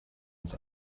ins